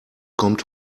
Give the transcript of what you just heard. kommt